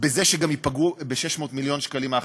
בזה שההכנסות ייפגעו ב-600 מיליון שקלים,